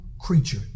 creature